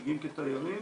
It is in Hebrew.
מגיעים כתיירים.